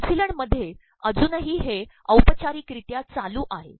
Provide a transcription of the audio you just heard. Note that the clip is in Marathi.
न्यूझीलंडमध्ये अजूनही हे औपचाररकररत्या चालूआहे